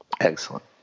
Excellent